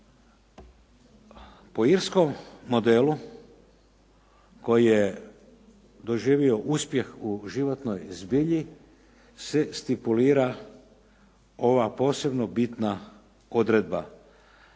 Po irskom modelu koji je doživio uspjeh u životnoj zbilji se stipulira ova posebno bitna odredba